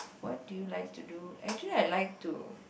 what do you like to do actually I like to